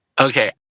Okay